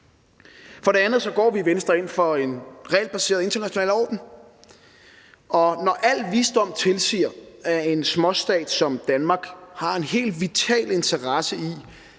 For det andet går vi i Venstre ind for en regelbaseret international orden, og når al visdom tilsiger, at en småstat som Danmark har en helt vital interesse i,